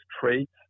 traits